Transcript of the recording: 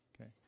Okay